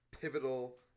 pivotal